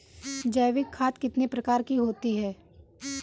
जैविक खाद कितने प्रकार की होती हैं?